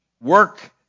work